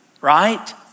right